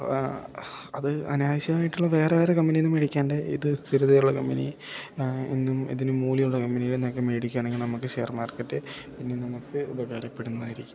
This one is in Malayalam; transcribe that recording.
ആ അത് അനാവശ്യമായിട്ടുള്ള വേറെ വേറെ കമ്പനിയിൽ നിന്ന് മേടിക്കാണ്ട് ഇത് സ്ഥിരതയുള്ള കമ്പനി എന്നും ഇതിന് മൂല്യമുള്ള കമ്പനിയിൽ നിന്നൊക്കെ മേടിക്കുകയാണെങ്കിൽ നമുക്ക് ഷെയർ മാർക്കറ്റ് ഇനി നമുക്ക് ഉപകാരപ്പെടുന്നതായിരിക്കും